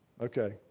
Okay